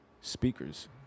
speakers